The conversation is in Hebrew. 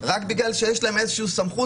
רק בגלל שיש להם איזה סמכות,